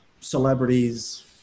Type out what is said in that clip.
celebrities